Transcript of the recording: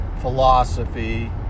philosophy